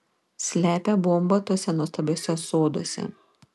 slepia bombą tuose nuostabiuose soduose